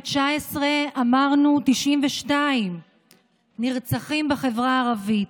ב-2019 אמרנו: 92 נרצחים בחברה הערבית,